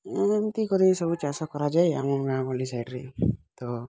ଏମିତି କରି ସବୁ ଚାଷ କରାଯାଏ ଆମ ଗାଁ ଗହଳି ସାଇଡ଼୍ରେ ତ